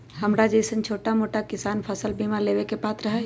हमरा जैईसन छोटा मोटा किसान फसल बीमा लेबे के पात्र हई?